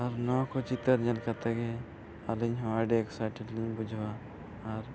ᱟᱨ ᱱᱚᱣᱟ ᱠᱚ ᱪᱤᱛᱟᱹᱨ ᱧᱮᱞ ᱠᱟᱛᱮᱜᱮ ᱟᱹᱞᱤᱧᱦᱚᱸ ᱟᱹᱰᱤ ᱮᱠᱥᱟᱭᱴᱮᱰ ᱞᱤᱧ ᱵᱩᱡᱷᱟᱹᱣᱟ ᱟᱨ